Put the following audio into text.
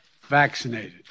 vaccinated